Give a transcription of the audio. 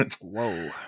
Whoa